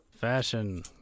Fashion